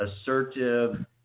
assertive